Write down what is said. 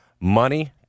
Money